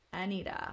Anita